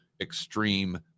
extreme